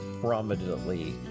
prominently